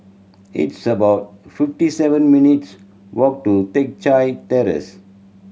it's about fifty seven minutes' walk to Teck Chye Terrace